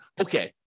Okay